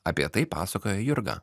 apie tai pasakoja jurga